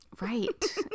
Right